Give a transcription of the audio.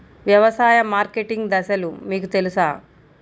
వ్యవసాయ మార్కెటింగ్ దశలు మీకు తెలుసా?